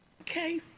okay